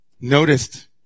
noticed